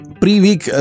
pre-week